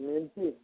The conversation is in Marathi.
मिरची